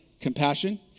compassion